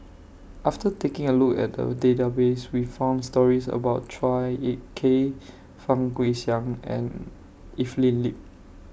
after taking A Look At The Database We found stories about Chua Ek Kay Fang Guixiang and Evelyn Lip